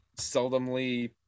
seldomly